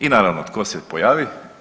I naravno tko se pojavi?